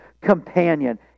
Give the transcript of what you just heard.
companion